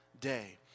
day